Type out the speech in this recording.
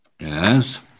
Yes